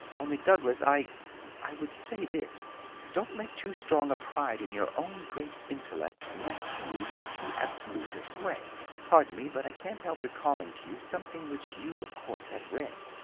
only, douglas, i i would say this don't let too strong a pride in your own great intellect master you with too absolute a sway! pardon me, but i can't help recalling to you something which you of course have read.